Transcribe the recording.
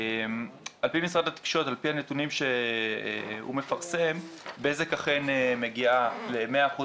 על פי הנתונים שמשרד התקשורת מפרסם בזק אכן מגיעה לכ-100%,